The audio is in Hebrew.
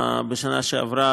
בשנה שעברה,